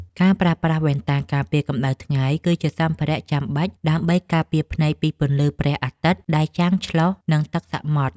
ការប្រើប្រាស់វ៉ែនតាការពារកម្ដៅថ្ងៃ គឺជាសម្ភារៈចាំបាច់ដើម្បីការពារភ្នែកពីពន្លឺព្រះអាទិត្យដែលចាំងឆ្លុះនឹងទឹកសមុទ្រ។